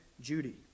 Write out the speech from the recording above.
Judy